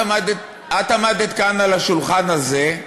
את עמדת כאן על הדוכן הזה,